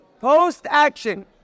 post-action